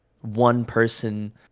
one-person